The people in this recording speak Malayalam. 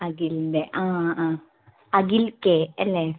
അഖിലിൻ്റെ ആ ആ അഖിൽ കെ അല്ലെ